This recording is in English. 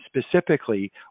specifically